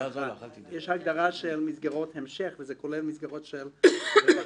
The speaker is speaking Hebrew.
יש הגדרה של מסגרות המשך וזה כולל מסגרות של רווחה.